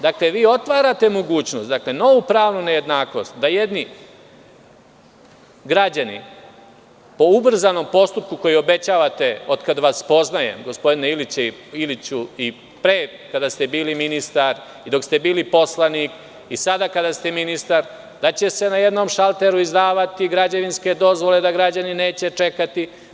Dakle, vi otvarate mogućnost, novu pravnu nejednakost da jedni građani po ubrzanom postupku, koji obećavate od kad vas poznajem gospodine Iliću, i pre kada ste bili ministar i dok ste bili poslanik i sada kada ste ministar, da će se na jednom šalteru izdavati građevinske dozvole, da građani neće čekati.